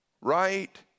Right